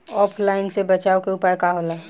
ऑफलाइनसे बचाव के उपाय का होला?